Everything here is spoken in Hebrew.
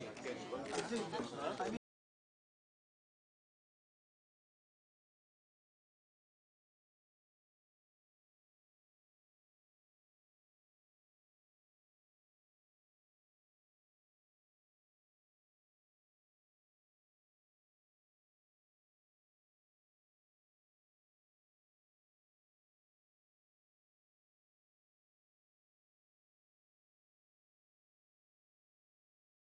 13:00.